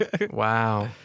Wow